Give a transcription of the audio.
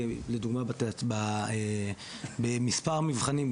כי לדוגמא במספר מבחנים,